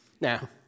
Now